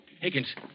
Higgins